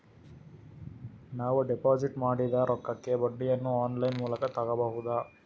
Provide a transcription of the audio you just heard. ನಾವು ಡಿಪಾಜಿಟ್ ಮಾಡಿದ ರೊಕ್ಕಕ್ಕೆ ಬಡ್ಡಿಯನ್ನ ಆನ್ ಲೈನ್ ಮೂಲಕ ತಗಬಹುದಾ?